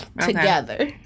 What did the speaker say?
together